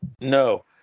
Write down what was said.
No